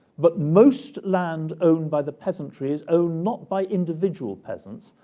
but most land owned by the peasantry is owned not by individual peasants,